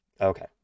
Okay